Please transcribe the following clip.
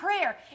prayer